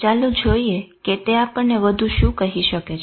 ચાલો જોઈએ કે તે આપણને વધુ શું કહી શકે છે